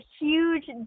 huge